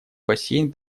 бассейн